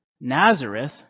Nazareth